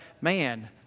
man